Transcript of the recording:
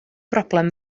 broblem